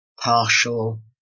partial